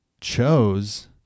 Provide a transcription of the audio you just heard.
chose